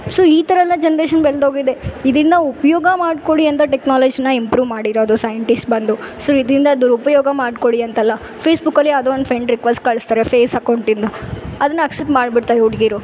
so ಈ ಥರ ಎಲ್ಲ ಜನ್ರೇಷನ್ ಬೆಳ್ದು ಹೋಗಿದೆ ಇದ್ರಿಂದ ಉಪಯೋಗ ಮಾಡ್ಕೊಳ್ಳಿ ಅಂತ ಟೆಕ್ನಾಲಜಿನ ಇಂಪ್ರು ಮಾಡಿರೋದು ಸೈನ್ಟಿಸ್ಟ್ ಬಂದು ಸೋ ಇದ್ರಿಂದ ದುರುಪಯೋಗ ಮಾಡ್ಕೊಳ್ಳಿ ಅಂತಲ್ಲ ಫೇಸ್ಬುಕಲ್ಲಿ ಯಾವುದೇ ಒಂದು ಫೆಂಡ್ ರಿಕ್ವೆಸ್ಟ್ ಕಳಿಸ್ತಾರೆ ಫೇಸ್ ಅಕೌಂಟಿಂದ ಅದನ್ನು ಅಕ್ಸೆಪ್ಟ್ ಮಾಡಿಬಿಡ್ತಾರೆ ಹುಡ್ಗೀರು